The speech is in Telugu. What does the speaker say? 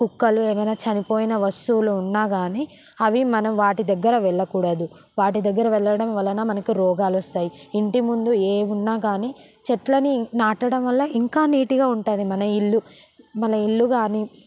కుక్కలు ఏమయిన చనిపోయిన వస్తువులు ఉన్నా కాని అవి మనం వాటి దగ్గర వెళ్ళకూడదు వాటిదగ్గర వెళ్ళడం వలన మనకు రోగాలొస్తయి ఇంటి ముందు ఏవున్నకాని చెట్లని నాటడం వల్ల ఇంకా నీట్గా ఉంటుంది మన ఇళ్ళు మన ఇళ్ళు కాని